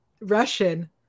russian